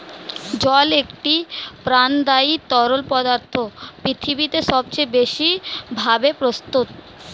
জল একটি প্রাণদায়ী তরল পদার্থ পৃথিবীতে সবচেয়ে বেশি ভাবে প্রস্তুত